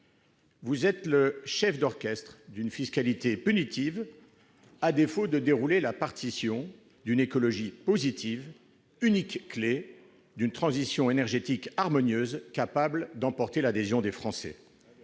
Vous êtes le chef d'orchestre d'une fiscalité punitive, à défaut de dérouler la partition d'une écologie positive, unique clé d'une transition énergétique harmonieuse, capable d'emporter l'adhésion des Français.